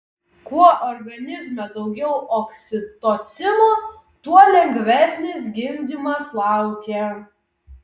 kuo organizme daugiau oksitocino tuo lengvesnis gimdymas laukia